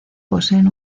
poseen